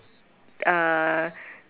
uh